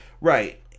Right